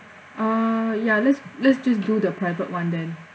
uh ya let's let's just do the private [one] then